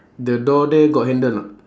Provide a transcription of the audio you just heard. the door there got handle or not